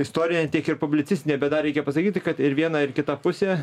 istorinę tiek ir publicistinę bet dar reikia pasakyti kad ir viena ir kita pusė